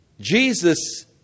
Jesus